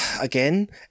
again